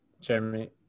Jeremy